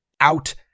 Out